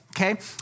Okay